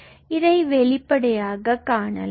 இது வெளிப்படையாக காணலாம்